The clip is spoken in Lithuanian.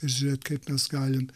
ir žiūrėt kaip mes galim